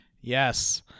Yes